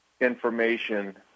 information